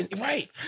right